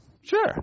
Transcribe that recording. Sure